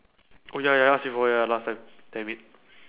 oh ya ya ya I ask before ya last time damn it